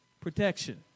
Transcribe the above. Protection